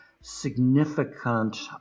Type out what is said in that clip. significant